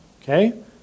Okay